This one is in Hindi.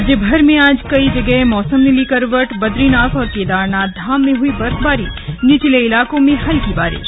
राज्यभर में आज कई जगह मौसम ने ली करवट बदरीनाथ और केदारनाथ धाम में हई बर्फबारी निचले इलाकों में हल्की बारिश